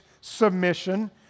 submission